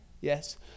Yes